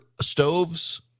stoves